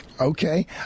Okay